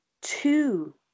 two